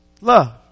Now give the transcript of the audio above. Love